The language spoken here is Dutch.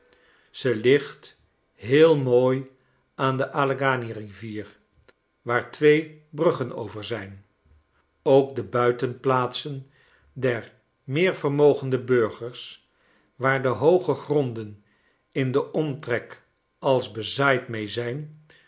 ze ligt heel mooi aan de alleghany rivier waar twee bruggen over zijn ook de buitenplaatsen der meervermogende burgers waar de hooge gronden in den omtrek als bezaaid mee zijn